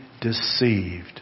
deceived